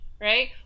right